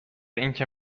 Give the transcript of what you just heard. اینکه